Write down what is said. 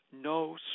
No